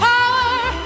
Power